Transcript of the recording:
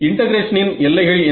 இன்டெகிரேஷனின் எல்லைகள் என்ன